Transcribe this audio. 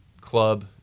club